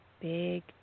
big